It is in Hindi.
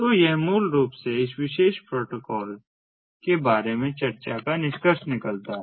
तो यह मूल रूप से इस प्रोटोकॉल के बारे में चर्चा का निष्कर्ष निकालता है